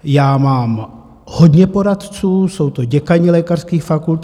Já mám hodně poradců, jsou to děkani lékařských fakult.